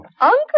Uncle